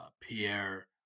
Pierre